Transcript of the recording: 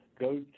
go